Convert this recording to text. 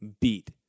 beat